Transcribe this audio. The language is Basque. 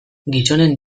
gizonen